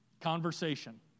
Conversation